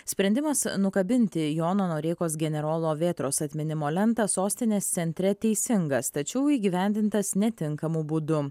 sprendimas nukabinti jono noreikos generolo vėtros atminimo lentą sostinės centre teisingas tačiau įgyvendintas netinkamu būdu